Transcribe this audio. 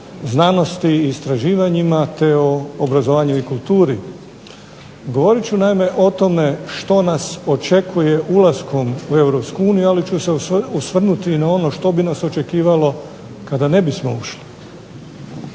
znanosti, istraživanjima, te o obrazovanju i kulturi. Govorit ću naime o tome što nas očekuje u Europsku uniju, ali ću se osvrnuti i na ono što bi nas očekivalo kada ne bismo ušli.